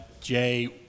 Jay